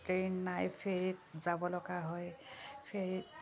train নাই ফেৰীত যাব লগা হয় ফেৰীত